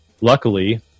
Luckily